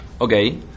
Okay